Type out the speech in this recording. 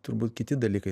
turbūt kiti dalykai